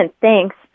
Thanks